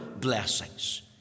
blessings